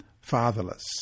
fatherless